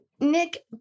Nick